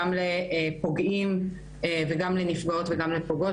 גם לפוגעים וגם לנפגעות ולפוגעות,